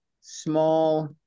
small